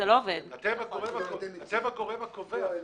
אתם הגורם הקובע.